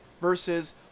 versus